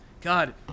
God